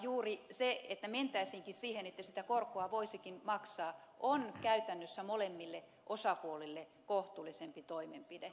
juuri se että mentäisiinkin siihen että sitä korkoa voisikin maksaa on käytännössä molemmille osapuolille kohtuullisempi toimenpide